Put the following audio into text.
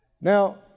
Now